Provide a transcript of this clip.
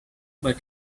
but